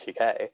UK